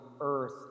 earth